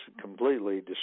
completely